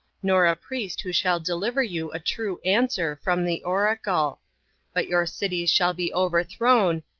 nor a priest who shall deliver you a true answer from the oracle but your cities shall be overthrown,